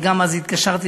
אני גם אז התקשרתי,